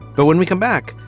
but when we come back,